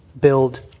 build